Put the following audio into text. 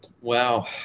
wow